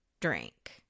drink